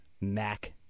Mac